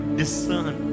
discern